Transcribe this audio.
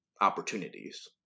opportunities